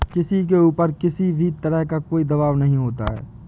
किसी के ऊपर किसी भी तरह का कोई दवाब नहीं होता है